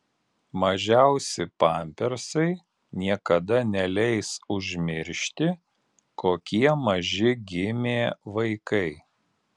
mažiausi pampersai niekada neleis užmiršti kokie maži gimė vaikai